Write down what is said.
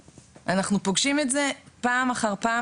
אנחנו פוגשים את זה פעם אחר פעם